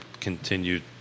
continued